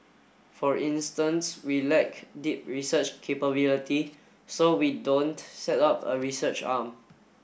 for instance we lack deep research capability so we don't set up a research arm